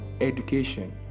education